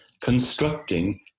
constructing